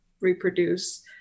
reproduce